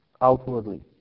outwardly